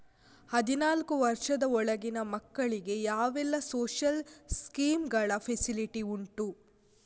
ಹದಿನಾಲ್ಕು ವರ್ಷದ ಒಳಗಿನ ಮಕ್ಕಳಿಗೆ ಯಾವೆಲ್ಲ ಸೋಶಿಯಲ್ ಸ್ಕೀಂಗಳ ಫೆಸಿಲಿಟಿ ಉಂಟು?